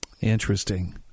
Interesting